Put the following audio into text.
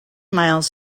miles